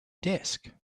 desk